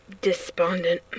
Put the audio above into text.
despondent